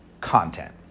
content